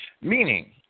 meaning